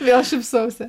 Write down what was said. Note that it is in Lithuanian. vėl šypsausi